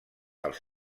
als